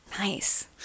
Nice